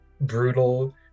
brutal